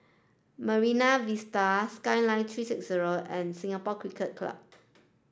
Marine Vista Skyline three six zero and Singapore Cricket Club